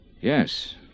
Yes